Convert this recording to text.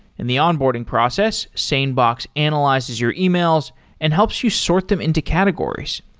in the onboarding process, sanebox analyzes your emails and helps you sort them into categories.